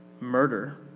murder